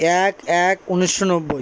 এক এক উনিশশো নব্বই